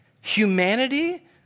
humanity